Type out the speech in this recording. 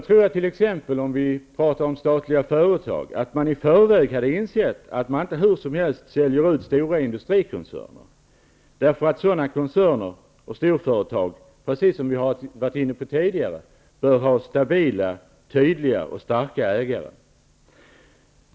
När det gäller statliga företag borde man i förväg ha insett att man inte hur som helst säljer ut stora industrikoncerner. Precis som jag har varit inne på tidigare bör sådana koncerner och storföretag ha stabila, tydliga och starka ägare.